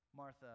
Martha